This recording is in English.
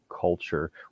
culture